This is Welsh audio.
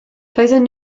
doedden